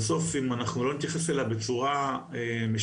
בסוף אם לא נתייחס אליה בצורה משמרת